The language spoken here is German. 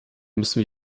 müssen